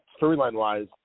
storyline-wise